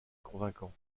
convaincant